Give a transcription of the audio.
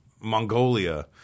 Mongolia